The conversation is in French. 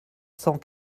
cent